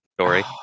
story